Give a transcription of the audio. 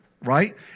right